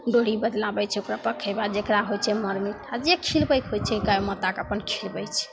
डोरी बदलाबै छै ओकरा पखेबा जकरा होइ छै मर मिठाइ जे खिलबैके होइ छै गाइ माताके अपन खिलबै छै